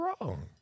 wrong